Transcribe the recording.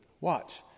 watch